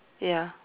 ya